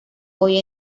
hoy